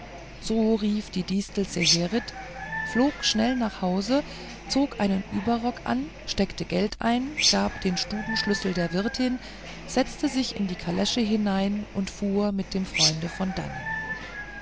so rief die distel zeherit flog schnell nach hause zog einen überrock an steckte geld ein gab den stubenschlüssel der wirtin setzte sich in die kalesche hinein und fuhr mit dem freunde von dannen